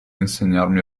insegnarmi